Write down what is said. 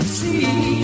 see